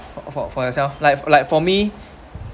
for for for yourself like for like for me